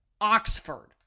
Oxford